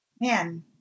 Man